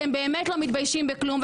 אתם באמת לא מתביישים בכלום,